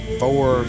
four